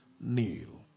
new